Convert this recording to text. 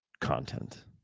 content